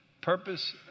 purpose